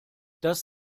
das